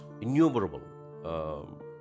innumerable